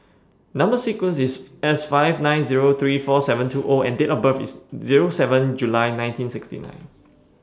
Number sequence IS S five nine Zero three four seven two O and Date of birth IS Zero seven July nineteen sixty nine